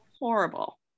Horrible